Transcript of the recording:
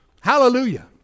Hallelujah